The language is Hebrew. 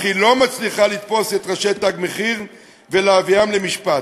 אך היא לא מצליחה לתפוס את ראשי "תג מחיר" ולהביאם למשפט.